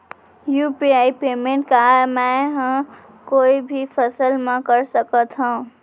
UPI payment का मैं ह कोई भी समय म कर सकत हो?